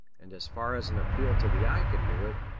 and as far as an appeal to the eye can do it,